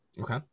Okay